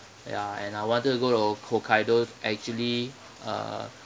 ya and I wanted to go to ho~ hokkaido actually uh